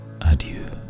adieu